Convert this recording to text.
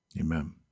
Amen